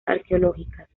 arqueológicas